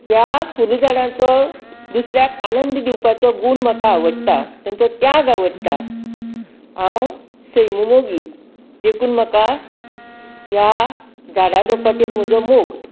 ह्या फूल झाडांचों दुसऱ्याक आनंद दिवपाचो गूण म्हाका आवडटा तेंचों त्याग आवडता हांव सैम मोगी देखून म्हाका या झाडां झोपांचेर म्हाजो मोग